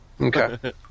Okay